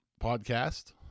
podcast